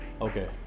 Okay